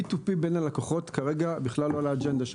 ה-P2P בין הלקוחות כרגע בכלל לא באג'נדה שלנו.